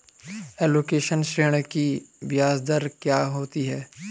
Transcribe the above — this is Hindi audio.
एजुकेशन ऋृण की ब्याज दर क्या होती हैं?